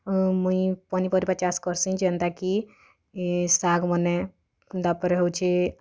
ଆଉ ମୁଇଁ ପନିପରିବା ଚାଷ୍ କର୍ସିଁ ଯେନ୍ତା କି ଇ ଶାଗ୍ମାନେ ତା'ପ୍ରେ ହେଉଛେ